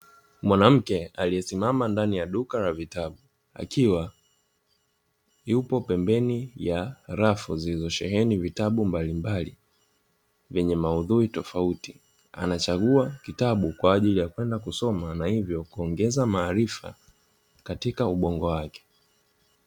Mwanamke aliyesimama ndani ya duka la vitabu, akiwa yupo pembeni ya rafu zilizosheheni vitabu mbalimbali; vyenye maudhui tofauti. Anachagua kitabu kwa ajili ya kwenda kusoma na hivyo kuongeza maarifa katika ubongo wake.